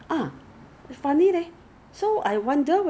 that hydrates your skin lah 有用好过没用